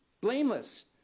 blameless